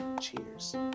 cheers